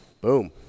Boom